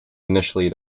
initially